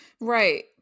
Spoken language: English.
Right